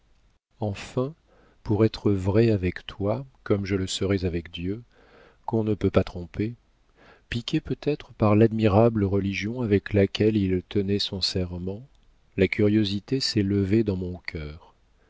enfin pour être vraie avec toi comme je le serais avec dieu qu'on ne peut pas tromper piquée peut-être par l'admirable religion avec laquelle il tenait son serment la curiosité s'est levée dans mon cœur